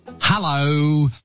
Hello